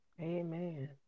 Amen